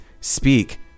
speak